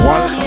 One